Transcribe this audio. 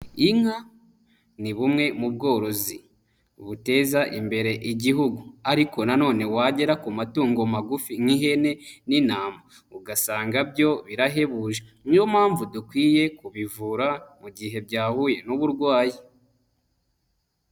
Inka ni bumwe mu bworozi buteza imbere igihugu, ariko nanone wagera ku matungo magufi nk'ihene n'intama ugasanga byo birahebuje. Niyo mpamvu dukwiye kubivura mu gihe byahuye n'uburwayi.